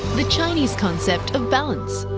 the chinese concept of balance.